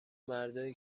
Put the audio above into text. مردایی